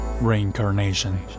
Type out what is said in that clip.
Reincarnation